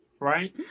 right